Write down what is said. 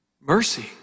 Mercy